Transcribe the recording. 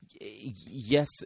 Yes